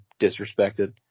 disrespected